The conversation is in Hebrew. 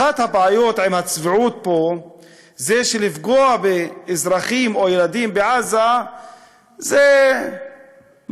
אחת הבעיות עם הצביעות פה היא שלפגוע באזרחים או ילדים בעזה זה מקובל,